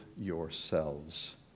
yourselves